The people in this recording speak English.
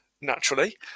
Naturally